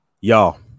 y'all